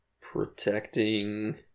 protecting